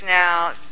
now